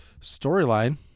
Storyline